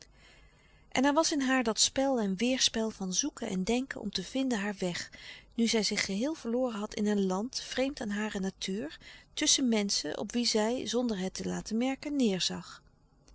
en er was in haar dat spel en weêrspel van zoeken en denken om te vinden haar weg nu zij zich geheel verloren had in een land vreemd aan hare natuur tusschen menschen op wie zij zonder het hen te laten merken neêrzag